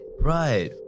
Right